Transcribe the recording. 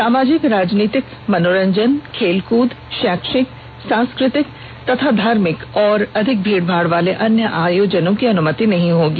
सामाजिक राजनीतिक मनोरंजन खेलकूद शैक्षिक सांस्कृतिक तथा धार्मिक और अधिक भीड़ भाड़ वाले अन्य आयोजनों की अनुमति नहीं होगी